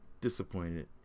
Disappointed